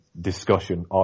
discussion